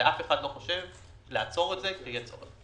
אף אחד לא חושב לעצור את זה, כי יהיה צורך.